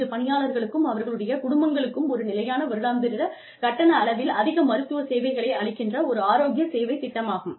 இது பணியாளர்களுக்கும் அவர்களுடைய குடும்பங்களுக்கும் ஒரு நிலையான வருடாந்திர கட்டண அளவில் அதிக மருத்துவ சேவைகளை அளிக்கின்ற ஒரு ஆரோக்கிய சேவை திட்டமாகும்